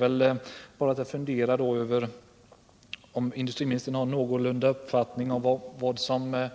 Jag funderar bara över om industriministern har en någorlunda klar uppfattning om vad som